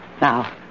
Now